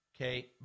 Okay